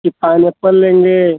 कि पाइनऐप्पल लेंगे